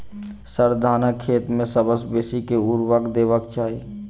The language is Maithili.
सर, धानक खेत मे सबसँ बेसी केँ ऊर्वरक देबाक चाहि